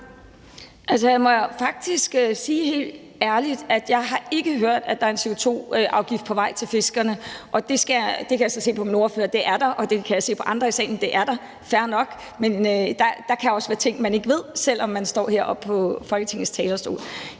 Altså, jeg må faktisk sige helt ærligt, at jeg ikke har hørt, at der er en CO2-afgift på vej til fiskerne – det kan jeg så se på min ordfører og på andre i salen at der er. Fair nok. Der kan også være ting, man ikke ved, selv om man står heroppe på Folketingets talerstol.